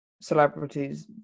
celebrities